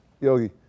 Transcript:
Yogi